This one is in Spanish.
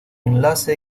enlace